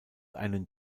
einen